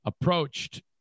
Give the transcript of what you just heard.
approached